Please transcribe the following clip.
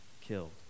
killed